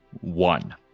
one